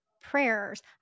prayers